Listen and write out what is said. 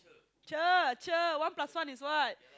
cher cher one plus one is what